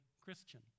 Christian